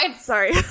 Sorry